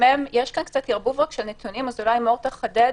יש כאן קצת ערבוב של נתונים ואולי אני אחדד.